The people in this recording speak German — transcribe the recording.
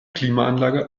klimaanlage